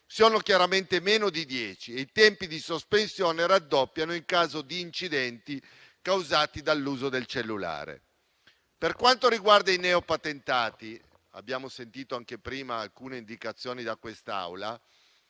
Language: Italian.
sono chiaramente meno di 10 e i tempi di sospensione raddoppiano in caso di incidenti causati dall'uso del cellulare. Per quanto riguarda i neopatentati, su cui abbiamo sentito prima alcune indicazioni da parte